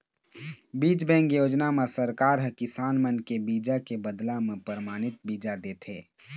बीज बेंक योजना म सरकार ह किसान मन के बीजा के बदला म परमानित बीजा देथे